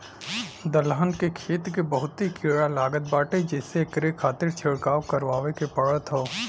दलहन के खेत के बहुते कीड़ा लागत बाटे जेसे एकरे खातिर छिड़काव करवाए के पड़त हौ